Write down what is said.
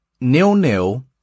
Nil-nil